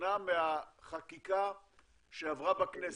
ושונה מהחקיקה שעברה בכנסת.